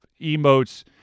emotes